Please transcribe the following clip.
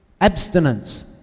Abstinence